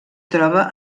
troba